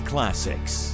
Classics